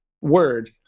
word